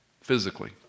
physically